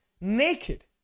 naked